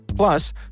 Plus